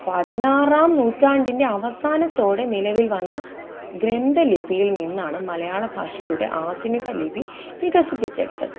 പതിനാറാം നൂറ്റാണ്ടിന്റെ അവസാനത്തോടെ നിലവിൽ വന്ന ഗ്രന്ഥലിപിയില് നിന്നാണ് മലയാള ഭാഷയുടെ ആധുനിക ലിപി വികസിപ്പിച്ചെടുത്തത്